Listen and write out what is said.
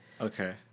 Okay